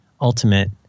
Ultimate